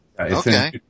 Okay